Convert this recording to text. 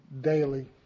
daily